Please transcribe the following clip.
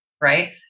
Right